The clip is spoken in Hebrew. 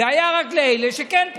היה רק לאלה שכן פוטרו.